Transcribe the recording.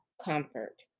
comfort